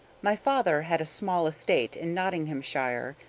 my father had a small estate in nottinghamshire,